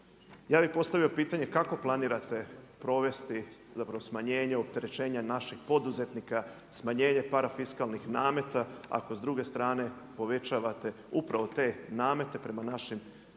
ja bih postavio pitanje kako planirate provesti, zapravo smanjenje opterećenja našeg poduzetnika, smanjenje parafiskalnih nameta ako s druge strane povećavate upravo te namete prema našim gospodarstvenicima